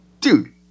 dude